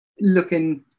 looking